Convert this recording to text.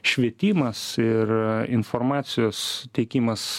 švietimas ir informacijos teikimas